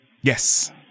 Yes